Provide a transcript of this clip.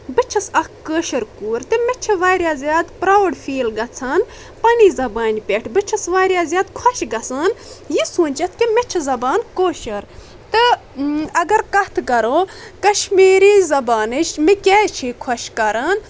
بہٕ چھس اکھ کٲشِر کوٗر تہٕ مےٚ چھُ واریاہ زیادٕ پراوُڈ فیٖل گژھان پننہِ زبانہِ پٮ۪ٹھ بہٕ چھس واریاہ زیادٕ خۄش گژھان یہِ سوٗنچِتھ کہِ مےٚ چھِ زبان کٲشُر تہٕ اگر کتھ کرو کشمیٖری زبانِچ مےٚ کیٛازِ چھِ یہِ خۄش کران